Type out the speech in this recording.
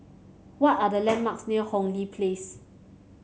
what are the landmarks near Hong Lee Place